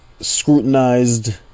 scrutinized